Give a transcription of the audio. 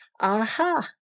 Aha